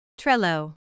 Trello